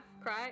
cry